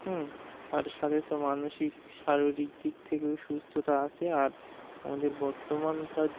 হুম আর এর সাথে তো মানসিক শারীরিক দিক থেকেও সুস্থতা আছে আর আমাদের বর্তমানকার